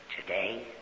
today